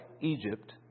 Egypt